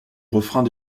refrains